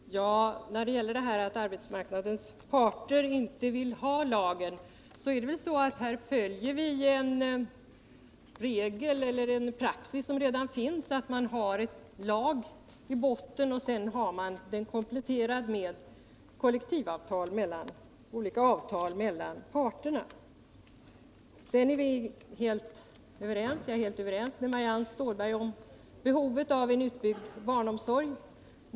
Herr talman! Vad beträffar det förhållandet att arbetsmarknadens parter inte vill ha den här lagen, så följer vi här den praxis som redan finns: man har en lag i botten som sedan kompletteras med olika avtal mellan parterna. Jag är helt överens med Marianne Stålberg om behovet av en utbyggd barnomsorg.